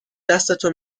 دستتو